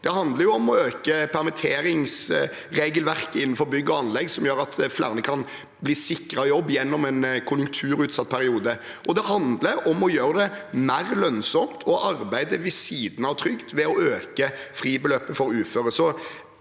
Det handler om å øke permitteringsregelverket innenfor bygg og anlegg, som gjør at flere kan bli sikret jobb gjennom en konjunkturutsatt periode. Og det handler om å gjøre det mer lønnsomt å arbeide ved siden av trygd ved å øke fribeløpet for uføre.